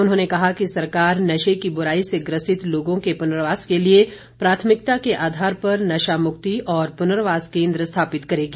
उन्होंने कहा कि सरकार नशे की बुराई से ग्रसित लोगों के पुनर्वास के लिए प्राथमिकता के आधार पर नशा मुक्ति और पुनर्वास केंद्र स्थापित करेगी